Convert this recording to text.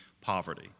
poverty